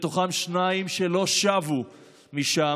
ובתוכם שניים שלא שבו משם,